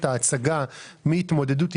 התהליכים האלה בשבועיים ובחודש ופתרו אותם.